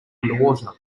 underwater